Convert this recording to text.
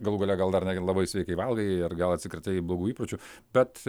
galų gale gal dar nelabai sveikai valgai ar gal atsikratei blogų įpročių bet